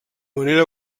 manera